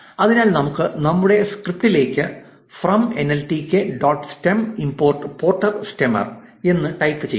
അതിനാൽ നമുക്ക് നമ്മുടെ സ്ക്രിപ്റ്റിലേക്ക് 'from NLTK dot stem import porter stemmer' എന്ന് ടൈപ്പ് ചെയ്യാം